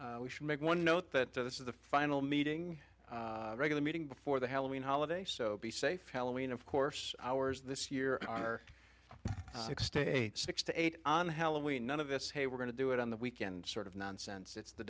resolutions we should make one note that this is the final meeting regular meeting before the halloween holiday so be safe halloween of course ours this year are six states six to eight on halloween none of us hey we're going to do it on the weekend sort of nonsense it's the